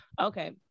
Okay